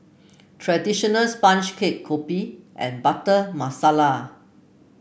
traditional sponge cake kopi and Butter Masala